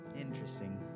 Interesting